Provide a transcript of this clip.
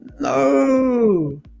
No